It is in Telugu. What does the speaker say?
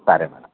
సరే మేడమ్